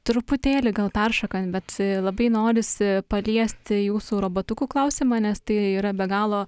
truputėlį gal peršokant bet labai norisi paliesti jūsų robotukų klausimą nes tai yra be galo